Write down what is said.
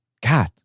God